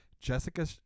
Jessica